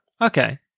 Okay